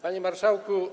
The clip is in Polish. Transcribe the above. Panie Marszałku!